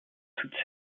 toutes